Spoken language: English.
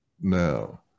now